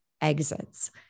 exits